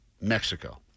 Mexico